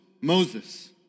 Moses